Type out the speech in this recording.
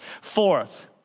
Fourth